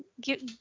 give